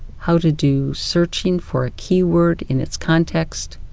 how to do searching for a keyword in its context,